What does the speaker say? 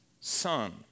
son